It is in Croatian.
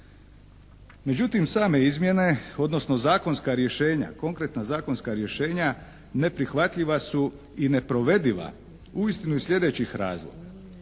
Međutim, same izmjene, odnosno zakonska rješenja, konkretna zakonska rješenja neprihvatljiva su i nepovrediva uistinu iz sljedećih razloga.